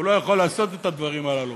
והוא לא יכול לעשות את הדברים הללו.